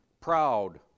proud